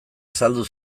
azaldu